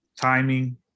timing